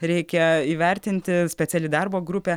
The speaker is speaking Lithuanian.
reikia įvertinti speciali darbo grupė